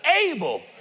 able